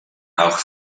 auch